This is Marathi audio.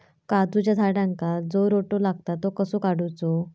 काजूच्या झाडांका जो रोटो लागता तो कसो काडुचो?